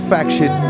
Faction